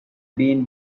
been